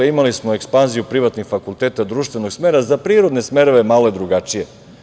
Imali smo ekspanziju privatnih fakulteta društvenog smera, a za prirodne smerove malo je drugačije.